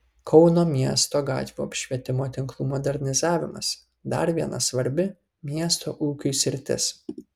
kauno miesto gatvių apšvietimo tinklų modernizavimas dar viena svarbi miesto ūkiui sritis